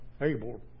able